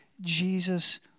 Jesus